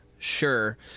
Sure